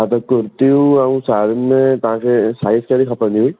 हा त कुर्तियूं ऐं साड़ियुनि में तव्हांखे साइज़ कहिड़ी खपंदी हुई